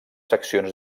seccions